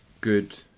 Good